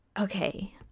okay